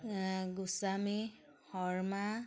Goswami Sharma